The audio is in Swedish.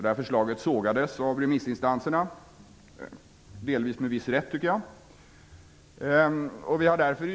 Det förslaget sågades av remissinstanserna, delvis med viss rätt enligt min menig.